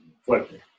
Fuerte